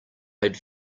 had